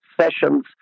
sessions